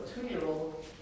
two-year-old